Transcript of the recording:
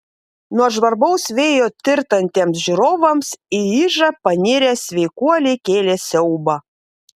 nuo žvarbaus vėjo tirtantiems žiūrovams į ižą panirę sveikuoliai kėlė siaubą